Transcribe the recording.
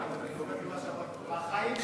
בחיים,